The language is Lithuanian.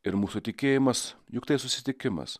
ir mūsų tikėjimas juk tai susitikimas